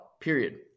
period